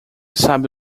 sabe